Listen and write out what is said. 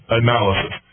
analysis